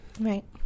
Right